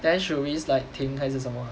then should we like 停还是什么